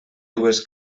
dues